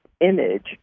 image